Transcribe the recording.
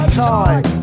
time